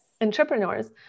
entrepreneurs